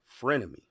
frenemy